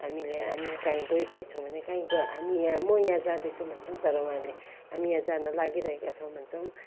हामीले हामी काहीँ गइरहेछौँ भने काहीँ हामी यहाँ म यहाँ म यहाँ जाँदैछु भन्छौँ तर उहाँले हामी यहाँ जान लागिरहेका छौँ भन्छन्